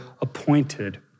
appointed